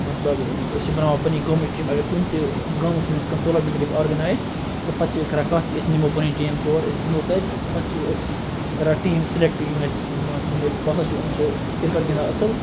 مَطلَب أسۍ چھِ بَناوان پَننہِ گامٕچ ٹیٖم اگر کُنہِ تہِ گامَس مَنٛز کانٛہہ ٹورنَمنٹ گَژھِ آرگَنایِز تہٕ پَتہٕ چھِ أسۍ کَران کتھ کہِ أسۍ نِمو پَنٕنۍ ٹیٖم تور أسۍ گِنٛدو تَتہِ پَتہٕ چھِ أسۍ کَران ٹیٖم سِلیٚکٹ یِم اَسہِ مان ژٕ یِم اَسہِ باسان چھِ ام چھِ کِرکَٹ گِنٛدان اصل